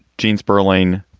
gene sperling,